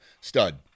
Stud